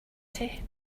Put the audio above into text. city